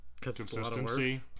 Consistency